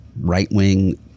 right-wing